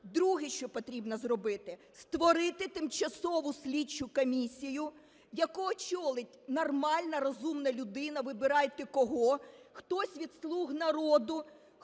Друге, що потрібно зробити, створити тимчасову слідчу комісію, яку очолить нормальна розумна людина, вибирайте кого, хтось від "Слуг народу",